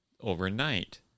overnight